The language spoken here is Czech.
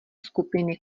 skupiny